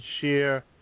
share